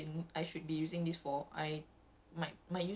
!huh! but anyway dah dua dah dua tahun ah